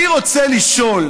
אני רוצה לשאול